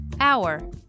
hour